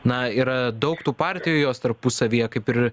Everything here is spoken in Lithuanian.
na yra daug tų partijų jos tarpusavyje kaip ir